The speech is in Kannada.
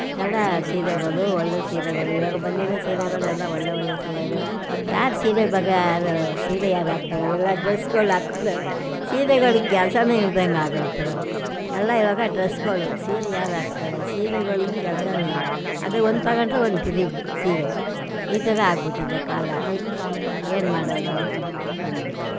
ಎಲ್ಲ ಸೀರೆಗಳು ಒಳ್ಳೆಯ ಸೀರೆಗಳು ಈವಾಗ ಬಂದಿರೋ ಸೀರೆಗಳು ಎಲ್ಲ ಒಳ್ಳೆ ಒಳ್ಳೆ ಸೀರೆಗಳು ಯಾವ್ದು ಸೀರೆ ಬೇಕೋ ಅದು ಸೀರೆ ಅದು ಹಾಕ್ತಾರೆ ಎಲ್ಲ ಡ್ರೆಸ್ಗಳು ಆಗ್ತವೆ ಸೀರೆಗಳಿಗೆ ಕೆಲ್ಸವೇ ಇಲ್ದಂತೆ ಆಗೋಯಿತು ಎಲ್ಲ ಈವಾಗ ಡ್ರೆಸ್ಗಳು ಸೀರೆ ಯಾರು ಹಾಕ್ತಾರೆ ಸೀರೆಗಳಿಗೆ ಕೆಲಸನೇ ಇಲ್ಲ ಅದೇ ಒಂದು ತಗೊಂಡ್ರೆ ಒಂದು ಫ್ರೀ ಸೀರೆ ಈ ಥರ ಆಗಿಬಿಟ್ಟಿದೆ ಕಾಲ ಏನು ಮಾಡೋದು ಅಂದ್ಬಿಟ್ಟು